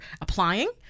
applying